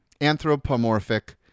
anthropomorphic